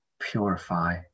purify